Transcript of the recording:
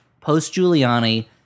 post-Giuliani